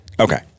Okay